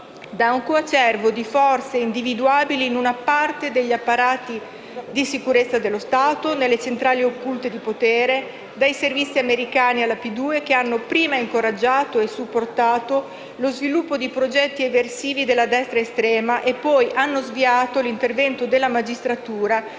da un coacervo di forze individuabili in una parte degli apparati di sicurezza dello Stato, nelle centrali occulte di potere, dai servizi americani alla P2, che hanno prima incoraggiato e supportato lo sviluppo di progetti eversivi della destra estrema e poi hanno sviato l'intervento della magistratura